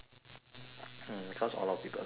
mm cause a lot of people sign up for it